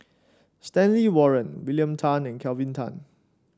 Stanley Warren William Tan and Kelvin Tan